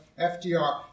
FDR